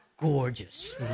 gorgeous